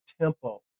tempo